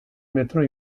metro